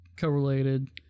correlated